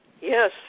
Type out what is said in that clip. Yes